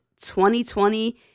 2020